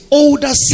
older